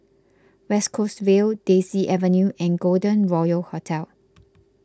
West Coast Vale Daisy Avenue and Golden Royal Hotel